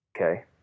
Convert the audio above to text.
okay